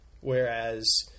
whereas